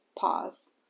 Pause